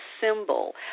symbol